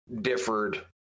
differed